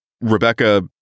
Rebecca